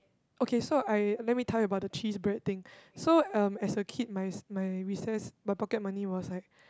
okay so I let me tell you about the cheese bread thing so um as a kid my my recess my pocket money was like